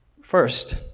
first